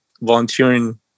volunteering